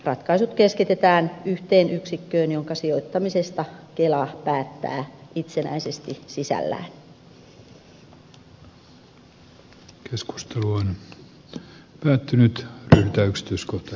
ratkaisut keskitetään yhteen yksikköön jonka sijoittamisesta kela päättää itsenäisesti sisällään